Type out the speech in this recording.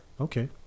Okay